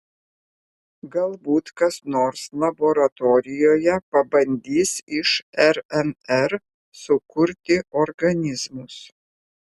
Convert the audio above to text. galbūt kas nors laboratorijoje pabandys iš rnr sukurti organizmus